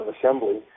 assembly